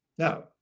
Now